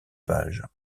pages